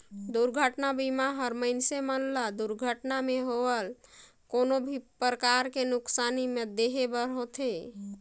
दुरघटना बीमा हर मइनसे मन ल दुरघटना मे होवल कोनो भी परकार के नुकसानी में देहे बर होथे